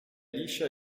liscia